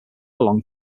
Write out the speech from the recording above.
along